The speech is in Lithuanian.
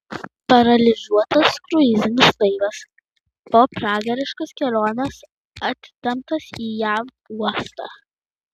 paralyžiuotas kruizinis laivas po pragariškos kelionės atitemptas į jav uostą